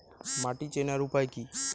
মাটি চেনার উপায় কি?